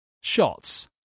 Shots